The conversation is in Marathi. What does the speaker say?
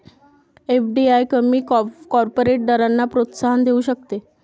एफ.डी.आय कमी कॉर्पोरेट दरांना प्रोत्साहन देऊ शकते